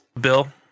Bill